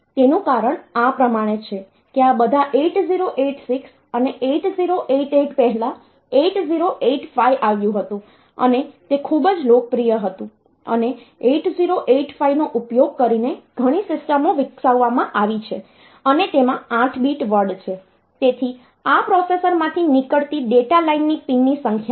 તેનું કારણ આ પ્રમાણે છે કે આ બધા 8086 અને 8088 પહેલા 8085 આવ્યું હતું અને તે ખૂબ જ લોકપ્રિય હતું અને 8085નો ઉપયોગ કરીને ઘણી સિસ્ટમો વિકસાવવામાં આવી છે અને તેમાં 8 બીટ વર્ડ છે તેથી આ પ્રોસેસરમાંથી નીકળતી ડેટા લાઇનની પિનની સંખ્યા છે